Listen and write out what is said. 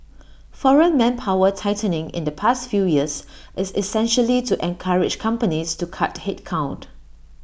foreign manpower tightening in the past few years is essentially to encourage companies to cut headcount